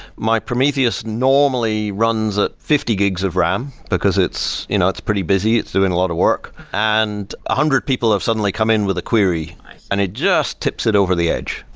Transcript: my prometheus normally runs at fifty gigs of ram, because it's you know it's pretty busy. it's doing a lot of work, and one ah hundred people have suddenly come in with a query and it just tips it over the edge.